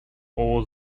all